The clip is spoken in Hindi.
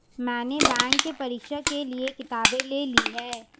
मैने बैंक के परीक्षा के लिऐ किताबें ले ली हैं